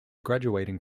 graduating